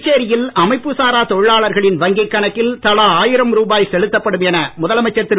புதுச்சேரியில் அமைப்பு சாரா தொழிலாளர்களின் வங்கிக் கணக்கில் தலா ஆயிரம் ரூபாய் செலுத்தப்படும் என முதலமைச்சர் திரு